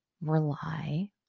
rely